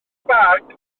bag